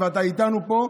אתה איתנו פה,